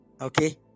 Okay